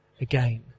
again